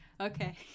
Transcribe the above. Okay